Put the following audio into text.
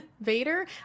Vader